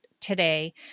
today